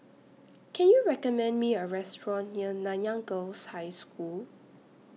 Can YOU recommend Me A Restaurant near Nanyang Girls' High School